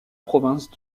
province